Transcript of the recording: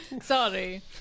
Sorry